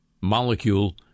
molecule